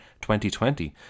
2020